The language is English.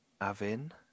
Avin